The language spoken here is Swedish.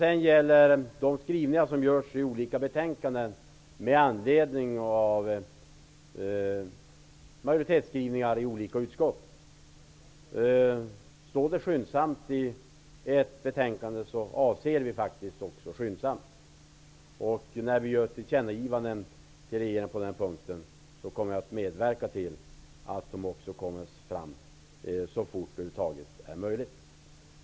Vad gäller de skrivningar som görs i olika betänkanden med anledning av olika majoritetsyttringar i olika utskott, vill jag påstå att om det i ett betänkande står ordet skyndsamt, avser utskottsmajoriteten faktiskt också skyndsamt i ordets rätta bemärkelse. När vi ger regeringen detta ärende till känna, kommer vi att medverka till en så snabb behandling som över huvud taget är möjlig.